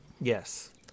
Yes